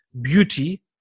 beauty